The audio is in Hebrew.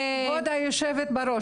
כבוד היו"ר,